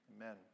amen